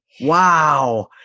Wow